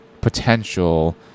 potential